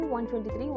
123